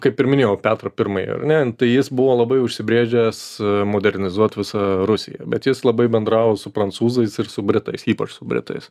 kaip ir minėjau petrą pirmąjį ar ne tai jis buvo labai užsibrėžęs modernizuot visą rusiją bet jis labai bendravo su prancūzais ir su britais ypač su britais